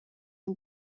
ngo